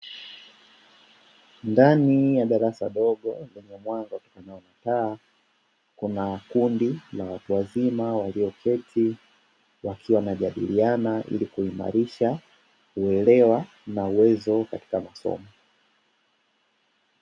Ndani ya darasa dogo lenye mwanga utokanao na taa kuna kundi la watu wazima walioketi wakiwa wanajadiliana ili kuimarisha uelewa na uwezo katika masomo.